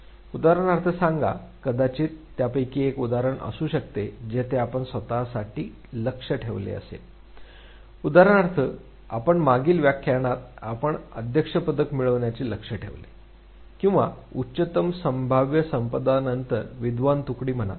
उदाहरणार्थ सांगा कदाचित त्यापैकी एक उदाहरण असू शकते जेथे आपण स्वतःसाठी लक्ष्य ठेवले असेल उदाहरणार्थ आम्ही मागील व्याख्यानात आपण अध्यक्ष पदक मिळविण्याचे लक्ष्य ठेवले आहे किंवा उच्चतम संभाव्य संपादनानंतर विद्वान तुकडी म्हणा